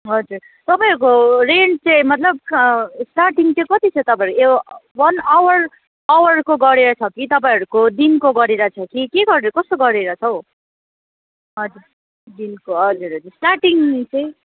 हजुर तपाईँहरूको रेन्ट चाहिँ मतलब स्टार्टिङ चाहिँ कति छ तपाईँहरू वान आवर आवरको गरेर छ कि तपाईँहरूको दिनको गरेर छ कि के गरेर कस्तो गरेर छ हौ हजुर दिनको हजुर हजुर स्टार्टिङ चाहिँ